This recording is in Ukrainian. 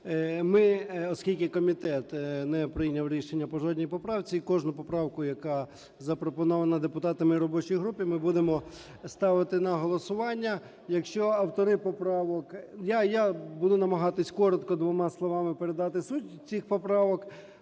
ми, оскільки комітет не прийняв рішення по жодній поправці, кожну поправку, яка запропонована депутатами робочої групи, ми будемо ставити на голосування. Якщо автори поправок… Я буду намагатися коротко двома словами передати суть цих поправок.